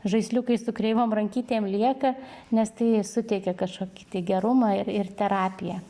žaisliukai su kreivom rankytėm lieka nes tai suteikia kažkokį tai gerumą ir ir terapiją